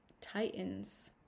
titans